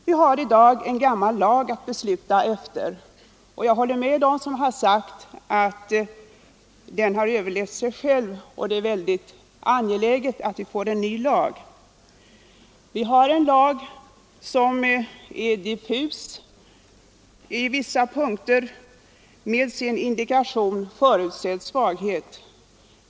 Vi har i dag en gammal lag att besluta efter i dessa frågor, och jag håller med dem som har sagt att den har överlevt sig själv och att det är mycket angeläget att vi får en ny lag. Vi har en lag som är diffus på vissa punkter, t.ex. med sin indikation ”förutsedd svaghet”.